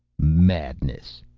madness!